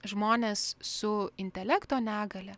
žmones su intelekto negalia